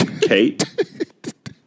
Kate